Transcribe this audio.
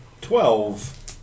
Twelve